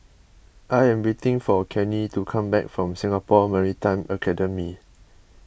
I am waiting for Kenney to come back from Singapore Maritime Academy